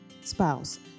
spouse